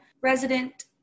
resident